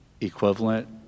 equivalent